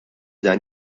dan